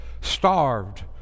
starved